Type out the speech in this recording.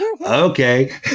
Okay